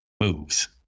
moves